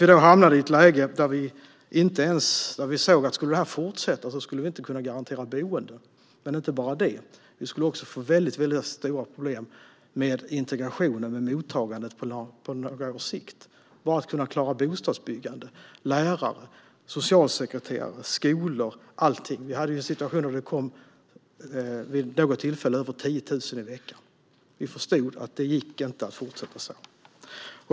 Vi hamnade i ett läge där vi såg att om detta skulle fortsätta skulle vi inte kunna garantera boende. Men inte bara det. Vi skulle också få väldigt stora problem med integrationen och mottagandet på några års sikt. Det gäller sådant som att klara bostadsbyggande, lärare, socialsekreterare, skolor och allting. Vi hade en situation där det vi något tillfälle kom över 10 000 i veckan. Vi förstod att det inte gick att fortsätta så.